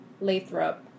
Lathrop